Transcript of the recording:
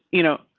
you know,